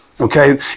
Okay